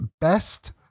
best